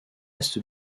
est